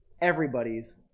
everybody's